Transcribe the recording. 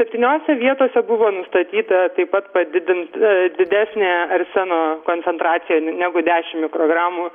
septyniose vietose buvo nustatyta taip pat padidint didesnė arseno koncentracija negu dešim mikrogramų